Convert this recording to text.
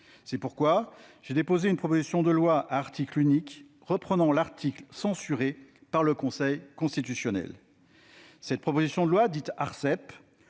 C'est pourquoi j'ai déposé une proposition de loi à article unique reprenant l'article censuré par le Conseil constitutionnel. Il s'agit de la deuxième